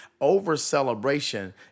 over-celebration